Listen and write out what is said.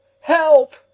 Help